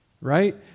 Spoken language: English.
Right